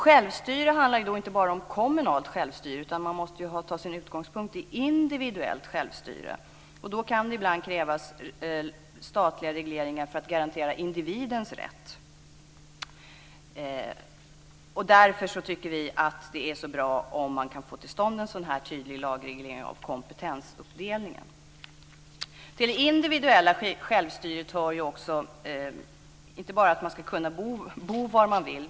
Självstyre handlar inte bara om kommunalt självstyre, utan man måste ta sin utgångspunkt i individuellt självstyre. Då kan det ibland krävas statliga regleringar för att garantera individens rätt. Därför tycker vi att det är så bra om man kan få till stånd en sådan tydlig lagreglering av kompetensuppdelningen. Till det individuella självstyret hör inte bara att man ska kunna bo var man vill.